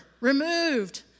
removed